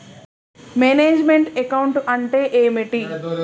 Manage meant account అంటే ఏమిటి?